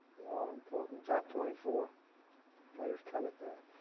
the all-important top twenty-four players covet that.